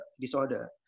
disorder